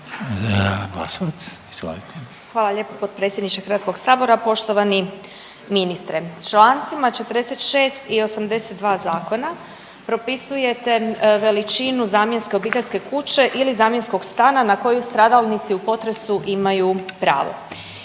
Hvala lijepo potpredsjedniče HS. Poštovani ministre, čl. 46. i 82. zakona propisujete veličinu zamjenske obiteljske kuće ili zamjenskog stana na koju stradalnici u potresu imaju pravo